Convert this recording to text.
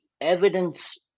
evidence